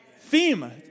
Theme